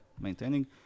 maintaining